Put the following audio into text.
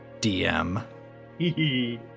DM